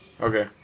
Okay